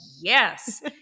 yes